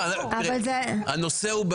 סוס שמקבלים במתנה, לא בודקים לו בשיניים.